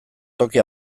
toki